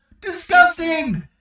Disgusting